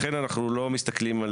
לכן אנחנו לא מסתכלים,